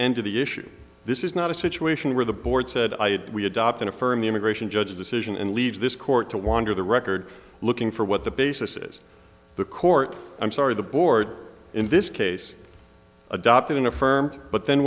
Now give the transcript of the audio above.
end to the issue this is not a situation where the board said i we adopted affirm the immigration judge's decision and leave this court to wander the record looking for what the basis is the court i'm sorry the board in this case adopted in a firm but then